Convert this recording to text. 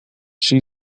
she